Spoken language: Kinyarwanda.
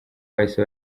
bahise